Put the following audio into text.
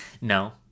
no